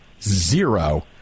zero